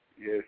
Yes